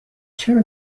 چرا